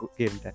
game